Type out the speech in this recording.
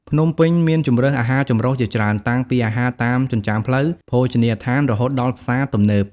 ភ្នំពេញមានជម្រើសអាហារចម្រុះជាច្រើន តាំងពីអាហារតាមចិញ្ចើមផ្លូវ ភោជនីយដ្ឋាន រហូតដល់ផ្សារទំនើប។